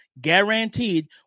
guaranteed